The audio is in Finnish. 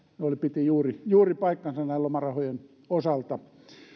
se piti juuri juuri paikkansa lomarahojen osalta